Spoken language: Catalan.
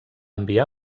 enviar